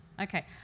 Okay